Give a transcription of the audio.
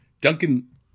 Duncan